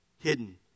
hidden